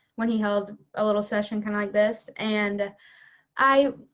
when he held a little session kind of like this, and i